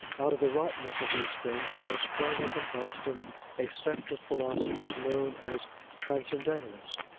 out of the rottenness of these things, there has sprung up in boston a sect of philosophers known as transcendentalists.